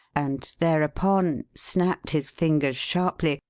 and, thereupon, snapped his fingers sharply,